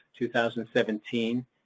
2017